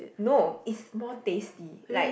no it's more tasty like